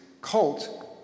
cult